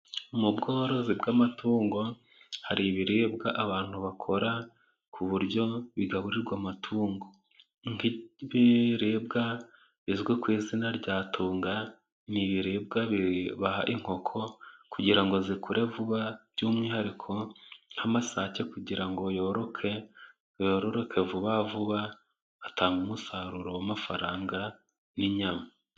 Mu bworozi bw'amatungo hari ibiribwa abantu bakora ku buryo bigaburirwa amatungo. Nk'ibiribwa bizwi ku izina rya tunga ni ibiribwa baha inkoko kugira ngo zikure vuba. By'umwihariko nk'amasake kugira ngo yororoke vuba vuba, atange umusaruro w'amafaranga n'inyama.